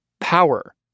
power